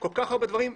כל כך הרבה דברים.